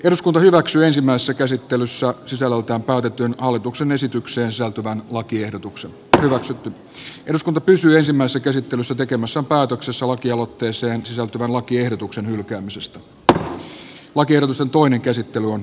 eduskunta hyväksyy ensimmäisessä käsittelyssä sisällöltään päätetyn edellyttää että vesiliikennejuopumuksen promillerajan yleistä laskemista valmistellaan siten että poliisien ja rajavartiolaitoksen käytettävissä olevien tarkkuusalkometrien määrää lisätään ja rangaistusmääräysmenettelyn käyttöönottoa laajennetaan